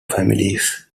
families